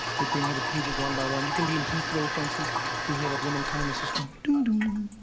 they bring her the pages one by one. you can be in heathrow for instance you'll hear that woman come on the system.